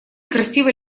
красиво